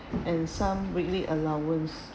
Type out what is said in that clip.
and some weekly allowance